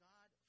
God